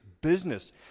business